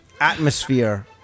atmosphere